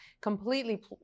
completely